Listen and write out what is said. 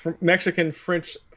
Mexican-French